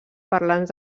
parlants